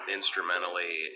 instrumentally